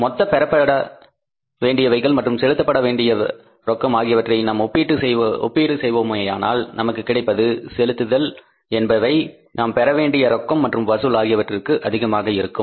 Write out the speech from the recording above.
மொத்த பெறப்பட வேண்டியவைகள் மற்றும் செலுத்தப்பட வேண்டிய ரொக்கம் ஆகியவற்றை நாம் ஒப்பீடு செய்வோமேயானால் நமக்கு கிடைப்பது செலுத்துதல் என்பவை நாம் பெறவேண்டிய ரொக்கம் மற்றும் வசூல் ஆகியவற்றிற்கு அதிகமாக இருக்கும்